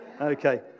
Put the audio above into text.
Okay